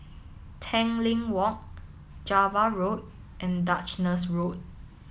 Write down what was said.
Tanglin Walk Java Road and Duchess Road